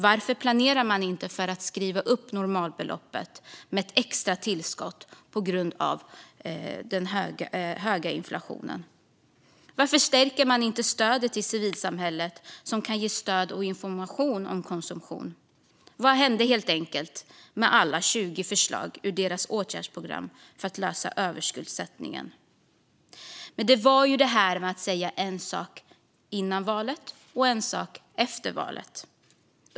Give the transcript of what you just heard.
Varför planerar man inte för att skriva upp normalbeloppet med ett extra tillskott på grund av den höga inflationen? Varför stärker man inte stödet till civilsamhället, som kan ge stöd och information om konsumtion? Vad hände med alla de 20 förslagen i Sverigedemokraternas åtgärdsprogram för att lösa överskuldsättningen? Men det var ju det där med att säga en sak före valet och en sak efter valet.